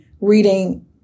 reading